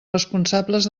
responsables